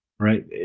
Right